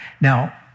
Now